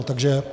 Takže...